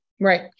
Right